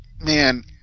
man